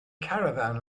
caravan